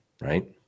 Right